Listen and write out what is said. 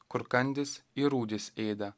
kur kandys ir rūdys ėda